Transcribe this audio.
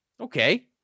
okay